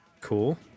Cool